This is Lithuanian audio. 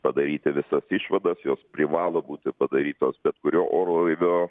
padaryti visas išvadas jos privalo būti padarytos bet kurio orlaivio